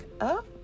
up